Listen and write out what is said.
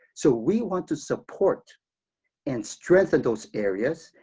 so we want to support and strengthen those areas,